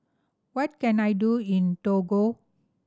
what can I do in Togo